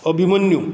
Abhimanyu